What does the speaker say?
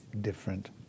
different